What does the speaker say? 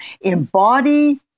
embody